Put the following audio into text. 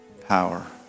power